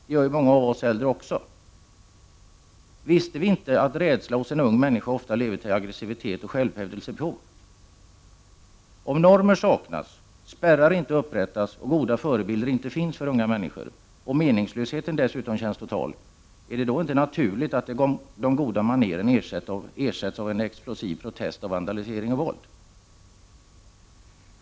Det gör ju många av oss äldre också. Visste vi inte att rädsla hos en ung människa ofta leder till aggressivitet och självhävdelsebehov? Om normer saknas, spärrar inte upprättas och goda förebilder inte finns för unga människor — och meningslösheten dessutom känns total — är det då inte naturligt att ”de goda maneren” ersätts av ”en explosiv protest i form av vandalisering och våld”?